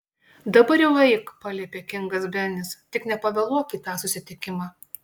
dabar jau eik paliepė kingas benis tik nepavėluok į tą susitikimą